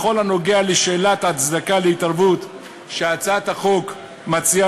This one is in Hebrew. בכל הנוגע לשאלת ההצדקה של ההתערבות שהצעת החוק מציעה,